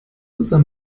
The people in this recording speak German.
user